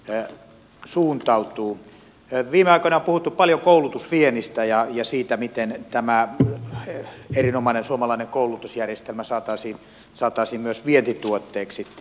viime aikoina on puhuttu paljon koulutusviennistä ja siitä miten tämä erinomainen suomalainen koulutusjärjestelmä saataisiin myös vientituotteeksi